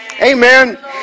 Amen